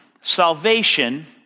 salvation